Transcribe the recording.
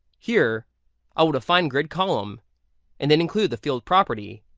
here i would define grid column and then include the field property.